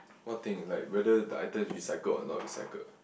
what thing you like whether the item is recycled or not recycled